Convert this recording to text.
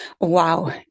wow